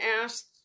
asked